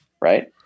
right